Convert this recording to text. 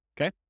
okay